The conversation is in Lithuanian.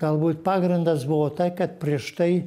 galbūt pagrindas buvo tai kad prieš tai